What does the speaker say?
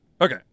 okay